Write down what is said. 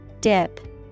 Dip